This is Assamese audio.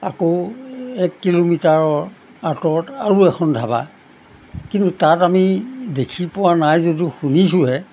আকৌ এক কিলোমিটাৰৰ আঁতৰত আৰু এখন ধাবা কিন্তু তাত আমি দেখি পোৱা নাই যদিও শুনিছোঁহে